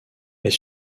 est